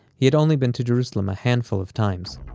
he had only been to jerusalem a handful of times